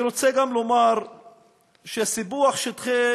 אני רוצה גם לומר שסיפוח שטחי